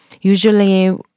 usually